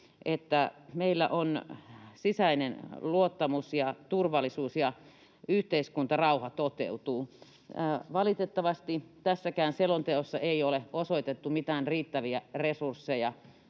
että meillä on sisäinen luottamus ja turvallisuus ja yhteiskuntarauha toteutuvat. Valitettavasti tässäkään selonteossa ei ole osoitettu mitään riittäviä resursseja